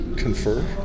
confer